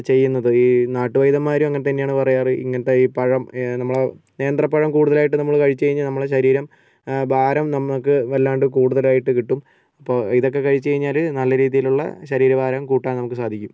ചെയ്യുന്നത് ഈ നാട്ടുവൈദ്യന്മാരും അങ്ങനെ തന്നെയാണ് പറയാറ് ഇങ്ങനത്തെ ഈ പഴം നമ്മളെ നേന്ത്രപ്പഴം കൂടുതലായിട്ട് നമ്മൾ കഴിച്ച് കഴിഞ്ഞാൽ നമ്മളെ ശരീരം ഭാരം നമുക്ക് വല്ലാണ്ട് കൂടുതലായിട്ട് കിട്ടും അപ്പോൾ ഇതൊക്കെ കഴിച്ച് കഴിഞ്ഞാൽ നല്ല രീതിയിലുള്ള ശരീരഭാരം കൂട്ടാൻ നമുക്ക് സാധിക്കും